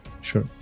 Sure